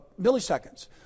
milliseconds